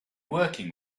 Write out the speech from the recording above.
working